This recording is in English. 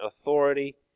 authority